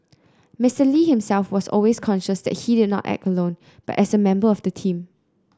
Mister Lee himself was always conscious that he did not act alone but as a member of a team